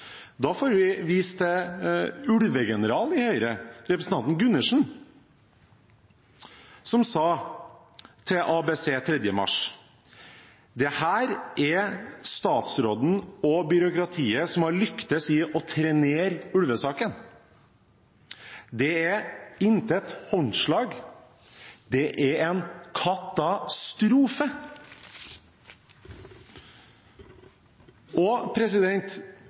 Da må vi vise til det ulvegeneralen i Høyre, representanten Gundersen, sa til ABC Nyheter den 3. mars – at statsråden og byråkratiet har lyktes i å trenere ulvesaken. Det er intet håndslag. Det er en